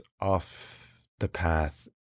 off-the-path